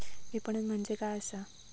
विपणन म्हणजे काय असा?